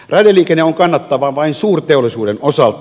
raideliikenne on kannattavaa vain suurteollisuuden osalta